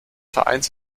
vereins